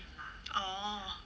orh